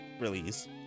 release